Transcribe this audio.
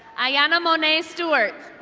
ayana monet stewart.